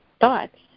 thoughts